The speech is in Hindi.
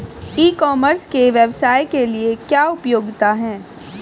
ई कॉमर्स के व्यवसाय के लिए क्या उपयोगिता है?